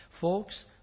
Folks